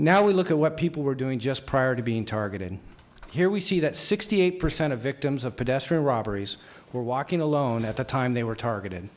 now we look at what people were doing just prior to being targeted here we see that sixty eight percent of victims of pedestrian robberies or walking alone at the time they were targeted